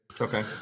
Okay